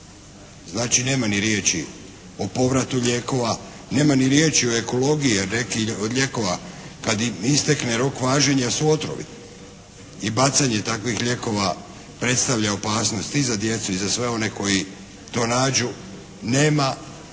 Znači, nema ni riječi o povratu lijekova, nema ni riječi o ekologiji, jer neki od lijekova kad im istekne rok važenja su otrovi. I bacanje takvih lijekova predstavlja opasnost i za djecu i za sve one koji to nađu. Nema nigdje.